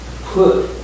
put